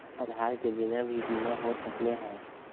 आधार के बिना भी बीमा हो सकले है?